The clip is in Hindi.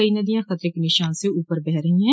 कई नदियां खतरे के निशान से ऊपर बह रही है